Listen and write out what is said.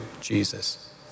Jesus